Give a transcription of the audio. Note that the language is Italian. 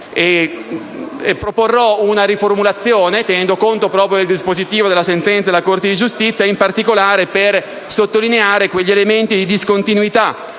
proporrò una riformulazione, tenendo conto proprio del dispositivo di tale sentenza, in particolare per sottolineare quegli elementi di discontinuità